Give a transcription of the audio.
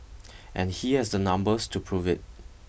and he has the numbers to prove it